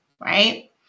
right